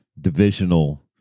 divisional